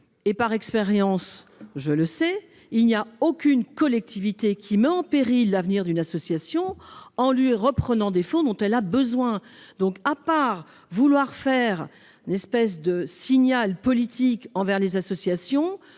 D'expérience, je sais qu'aucune collectivité ne met en péril l'avenir d'une association en lui reprenant les fonds dont elle a besoin. Donc, sauf à vouloir envoyer une espèce de signal politique aux associations,